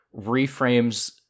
reframes